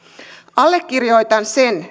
allekirjoitan sen